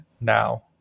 now